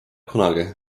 kunagi